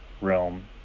realm